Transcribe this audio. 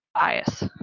bias